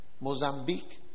Mozambique